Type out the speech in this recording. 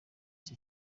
cyo